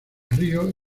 río